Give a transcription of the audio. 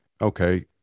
okay